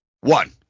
One